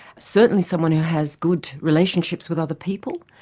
certainly someone who has good relationships with other people,